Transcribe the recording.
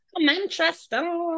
Manchester